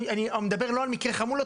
אני מדבר לא על מקרה חמולות,